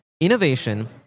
innovation